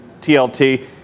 TLT